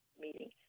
meeting